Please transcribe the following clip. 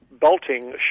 bolting